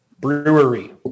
Brewery